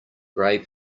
gray